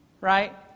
Right